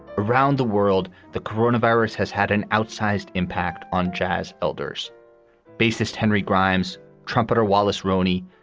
around the world, the corona virus has had an outsized impact on jazz. elders bassist henry grimes, trumpeter wallace roney,